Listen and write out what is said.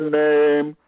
name